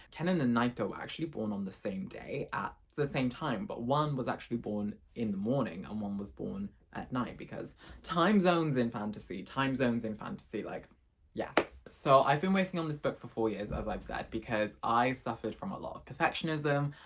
canon and naito were actually born on the same day at the same time but one was actually born in the morning and one was born at night because time zones in fantasy time zones in fantasy like yes, so i've been working on this book for four years as i've said because i suffered from a lot of perfectionism.